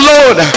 Lord